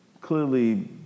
clearly